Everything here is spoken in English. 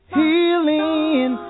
healing